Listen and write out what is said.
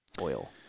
oil